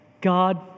God